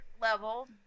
level